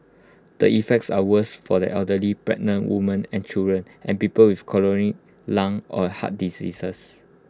the effects are worse for the elderly pregnant women and children and people with chronic lung or heart diseases